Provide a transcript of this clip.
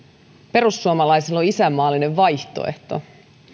perussuomalaisilla on isänmaallinen vaihtoehto